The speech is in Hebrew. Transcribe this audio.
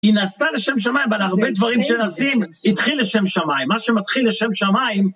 היא נעשתה לשם שמיים, אבל הרבה דברים שנעשים התתחיל לשם שמיים. מה שמתחיל לשם שמיים...